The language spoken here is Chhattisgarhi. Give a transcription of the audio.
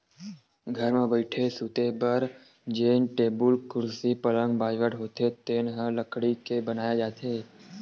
घर म बइठे, सूते बर जेन टेबुल, कुरसी, पलंग, बाजवट होथे तेन ह लकड़ी के बनाए जाथे